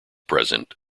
present